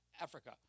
Africa